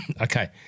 Okay